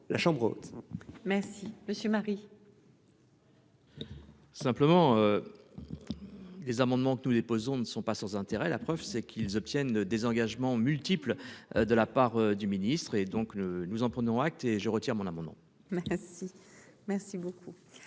la chambre haute. Merci monsieur Marie. Simplement. Les amendements que nous déposons ne sont pas sans intérêt. La preuve c'est qu'ils obtiennent désengagement multiples de la part du ministre et donc nous en prenons acte et je retire mon amendement. Merci, merci beaucoup